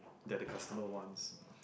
that the customer wants